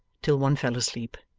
till one fell asleep!